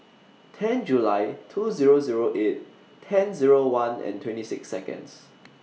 ten July two Zero Zero eight ten Zero one and twenty six Seconds